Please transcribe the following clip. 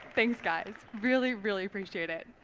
thanks guys. really, really appreciate it.